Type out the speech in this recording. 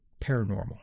paranormal